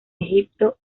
egipto